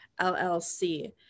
llc